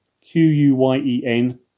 Q-U-Y-E-N